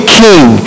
king